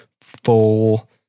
full